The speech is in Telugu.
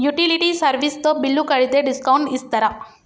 యుటిలిటీ సర్వీస్ తో బిల్లు కడితే డిస్కౌంట్ ఇస్తరా?